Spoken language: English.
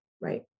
right